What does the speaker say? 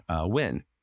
win